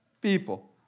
people